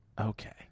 Okay